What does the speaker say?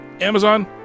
Amazon